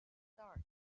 start